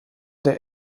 der